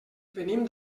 venim